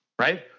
right